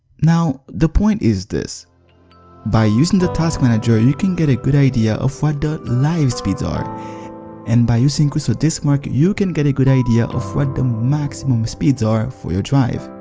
now the point is this by using the task manager, you can get a good idea of what the live speeds are and by using crystaldiskmark, you can get a good idea of what the maximum speeds are for your drive.